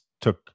took